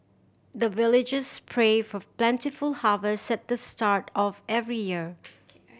the villagers pray for plentiful harvest at the start of every year